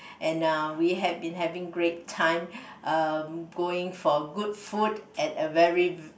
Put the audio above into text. and uh we had been having great time um going for good food at a very